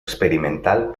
experimental